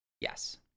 Yes